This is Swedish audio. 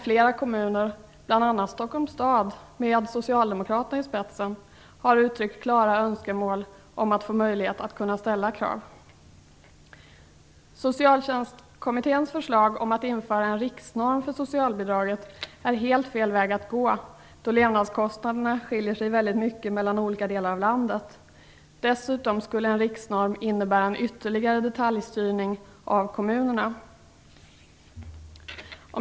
Flera kommuner, bl.a. Stockholms stad med socialdemokraterna i spetsen, har uttryckt klara önskemål om att få möjlighet att ställa krav. Socialtjänstkommitténs förslag om att införa en riksnorm för socialbidraget är helt fel väg att gå, då levnadskostnaderna skiljer sig väldigt mycket mellan olika delar av landet. Dessutom skulle en riksnorm innebära en ytterligare detaljstyrning av kommunerna.